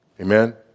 amen